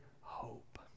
hope